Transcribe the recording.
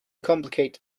complicate